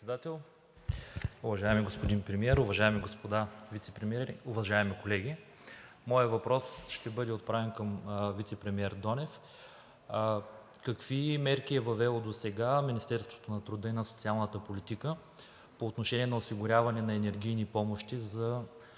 господин Председател, уважаеми господин Премиер, уважаеми господа вицепремиери, уважаеми колеги! Моят въпрос ще бъде отправен към вицепремиер Донев: какви мерки е въвело досега Министерството на труда и социалната политика по отношение осигуряването на енергийни помощи за